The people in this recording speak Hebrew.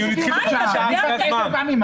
הייתי כאן 10 פעמים.